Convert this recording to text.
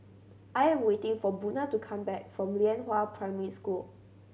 I'm waiting for Buna to come back from Lianhua Primary School